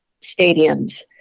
stadiums